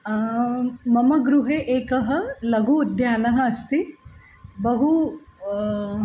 मम गृहे एकः लघु उद्यानः अस्ति बहु